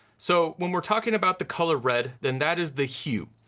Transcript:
so when we're talking about the color red, then that is the hue.